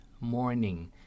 Morning